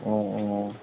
অঁ অঁ